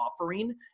offering